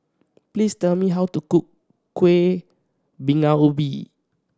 please tell me how to cook Kueh Bingka Ubi